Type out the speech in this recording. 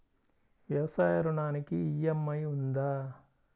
వ్యవసాయ ఋణానికి ఈ.ఎం.ఐ ఉందా?